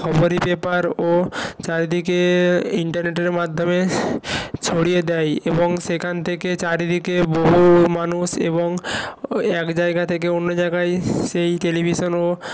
খবরের পেপার ও চারিদিকে ইন্টারনেটের মাধ্যমে ছড়িয়ে দেয় এবং সেখান থেকে চারিদিকে বহু মানুষ এবং একজায়গা থেকে অন্য জায়গায় সেই টেলিভিশনও